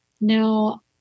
Now